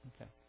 Okay